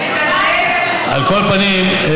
על כל פנים,